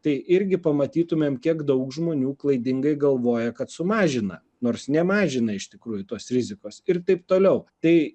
tai irgi pamatytumėm kiek daug žmonių klaidingai galvoja kad sumažina nors nemažina iš tikrųjų tos rizikos ir taip toliau tai